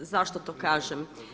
Zašto to kažem?